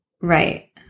Right